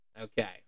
Okay